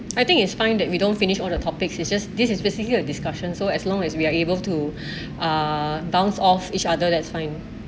I think it's fine that we don't finish all the topics is just this is basically a discussion so as long as we are able to uh bounce off each other that's fine